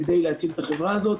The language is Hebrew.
כדי להציל את החברה הזאת.